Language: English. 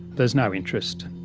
there's no interest.